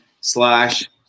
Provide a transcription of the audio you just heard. slash